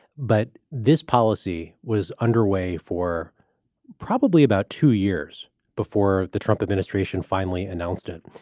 but this policy was under way for probably about two years before the trump administration finally announced it.